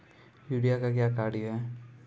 Urea का क्या कार्य हैं?